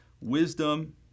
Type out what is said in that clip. wisdom